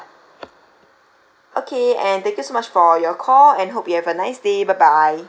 okay and thank you so much for your call and hope you have a nice day bye bye